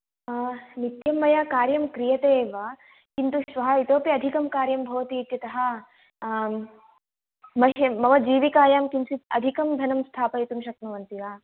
नित्यं मया कार्यं क्रियते एव श्वः इतोपि अधिकं कार्यं भवति इत्यतः मह्यं मम जीविकायां किञ्चित् अधिकं धनं स्थापयितुं शक्नुवन्ति वा